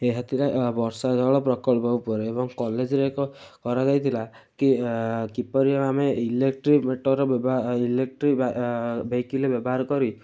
ଏହା ଥିଲା ବର୍ଷାଜଳ ପ୍ରକଳ୍ପ ଉପରେ ଏବଂ କଲେଜରେ ଏକ କରାଯାଇଥିଲା କି କିପରି ଆମେ ଇଲେକଟ୍ରିକ୍ ମିଟର୍ ଇଲେକଟ୍ରି ଭେଇକଲ୍ ବ୍ୟବହାର କରି